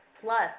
plus